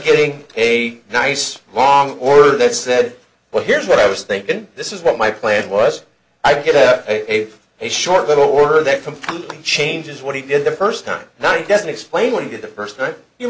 getting a nice long order that said well here's what i was thinking this is what my plan was i get a short little order that completely changes what he did the first time that he doesn't explain what he did the first time you